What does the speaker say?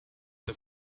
the